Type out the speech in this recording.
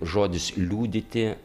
žodis liudyti